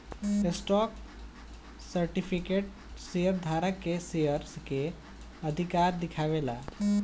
stock certificate share धारक के share के अधिकार दिखावे ला